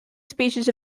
species